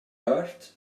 earth